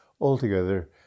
altogether